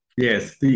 Yes